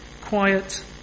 quiet